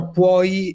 puoi